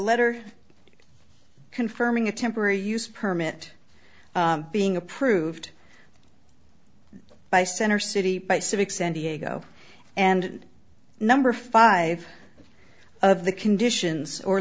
letter confirming a temporary use permit being approved by center city by civic sandiego and number five of the conditions or